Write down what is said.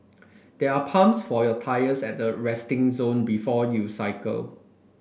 there are pumps for your tyres at the resting zone before you cycle